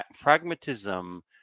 pragmatism